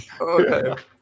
Okay